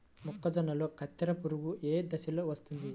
మొక్కజొన్నలో కత్తెర పురుగు ఏ దశలో వస్తుంది?